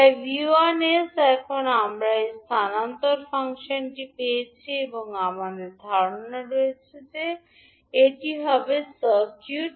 তাই 𝑉𝑖 𝑠 এখন আমরা এই স্থানান্তর ফাংশনটি পেয়েছি এবং আমাদের ধারণা রয়েছে যে এটি হবে সার্কিট